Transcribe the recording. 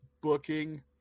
booking –